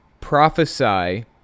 prophesy